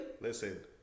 Listen